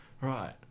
right